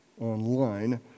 online